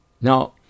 Now